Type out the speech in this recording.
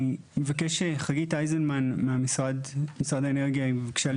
אני מבקש שחגית אייזנמן ממשרד האנרגיה היא ביקשה.